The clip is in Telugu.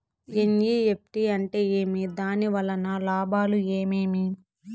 ఎన్.ఇ.ఎఫ్.టి అంటే ఏమి? దాని వలన లాభాలు ఏమేమి